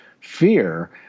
fear